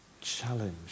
challenge